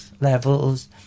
levels